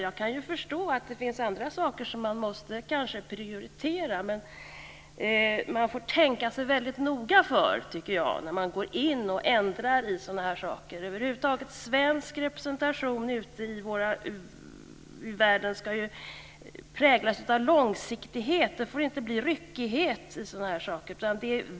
Jag kan förstå att det finns andra saker som måste prioriteras. Men man får tänka sig noga för när man går in och ändrar i sådana saker. Svensk representation i världen ska präglas av långsiktighet. Det får inte bli ryckighet i sådant.